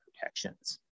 protections